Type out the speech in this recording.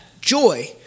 joy